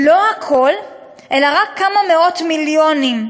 לא הכול אלא רק כמה מאות מיליונים.